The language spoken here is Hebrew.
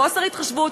חוסר התחשבות.